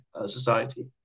society